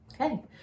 okay